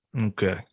Okay